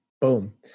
boom